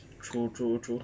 true true true